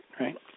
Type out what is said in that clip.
right